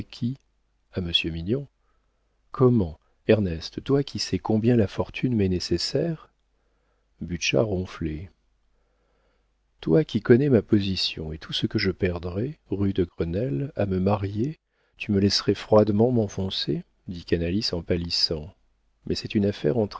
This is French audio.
monsieur mignon comment ernest toi qui sais combien la fortune m'est nécessaire butscha ronflait toi qui connais ma position et tout ce que je perdrais rue de grenelle à me marier tu me laisserais froidement m'enfoncer dit canalis en pâlissant mais c'est une affaire